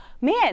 man